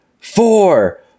four